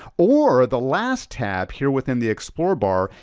or, the last tab here within the explore bar,